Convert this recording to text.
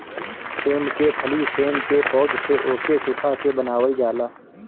सेम के फली सेम के पौध से ओके सुखा के बनावल जाला